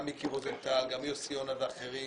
גם מיקי רוזנטל, גם יוסי יונה ואחרים